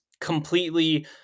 completely